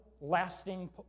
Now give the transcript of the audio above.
lasting